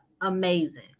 amazing